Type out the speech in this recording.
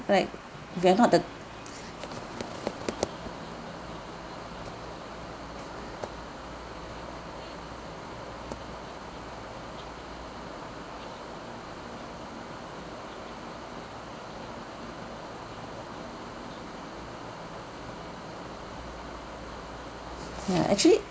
like we're not the yeah actually